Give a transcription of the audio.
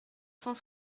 cent